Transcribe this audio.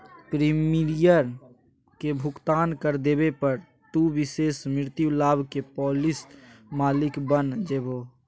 premium के भुगतान कर देवे पर, तू विशेष मृत्यु लाभ के पॉलिसी मालिक बन जैभो